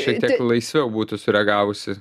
šiek tiek laisviau būtų sureagavusi